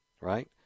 Right